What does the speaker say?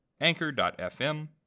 anchor.fm